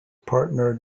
partner